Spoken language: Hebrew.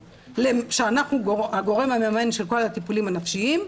שאנחנו הגורם המממן של כל הטיפולים הנפשיים,